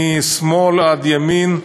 משמאל עד ימין,